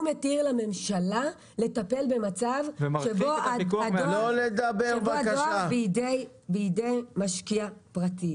הוא מתיר לממשלה לטפל במצב שבו הדואר נמצא בידי משקיע פרטי.